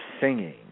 singing